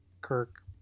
Kirk